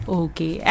okay